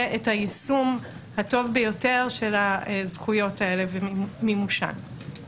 את היישום הטוב ביותר של הזכויות האלה ומימושן.